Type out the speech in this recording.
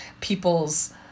people's